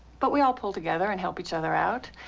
but we all pull together and help each other out,